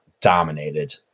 dominated